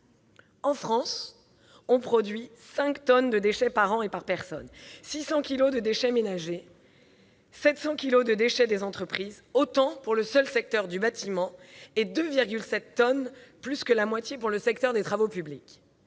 En France, on produit 5 tonnes de déchets par an et par personne, 600 kilos de déchets ménagers, 700 kilos de déchets des entreprises, autant pour le seul secteur du bâtiment, et 2,7 tonnes, plus que la moitié, pour le secteur des travaux publics.